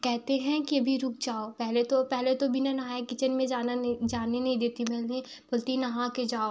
कहते हैं कि अभी रुक जाओ पहले तो पहले तो बिना नहाए किचन में जाना नहीं जाने नहीं देती मैंने बोलती है नहा के जाओ